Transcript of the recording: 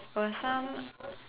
it was some